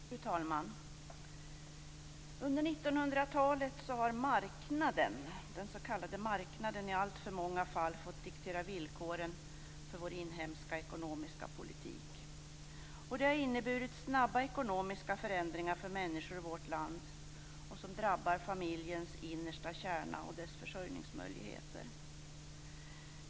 Fru talman! Under 1900-talet har den s.k. marknaden i alltför många fall fått diktera villkoren för vår inhemska ekonomiska politik. Det har inneburit snabba ekonomiska förändringar för människor i vårt land som drabbar familjens innersta kärna och dess försörjningsmöjligheter.